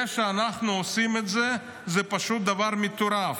זה שאנחנו עושים את זה, זה פשוט דבר מטורף.